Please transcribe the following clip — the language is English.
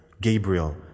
Gabriel